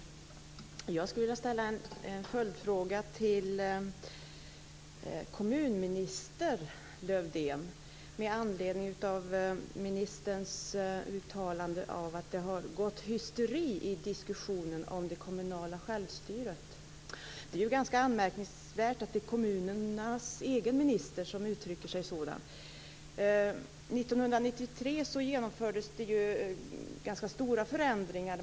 Fru talman! Jag skulle vilja ställa en följdfråga till kommunminister Lövdén med anledning av ministerns uttalande om att det har gått hysteri i diskussionen om det kommunala självstyret. Det är ju ganska anmärkningsvärt att det är kommunernas egen minister som uttrycker sig så. År 1993 genomfördes ganska stora förändringar.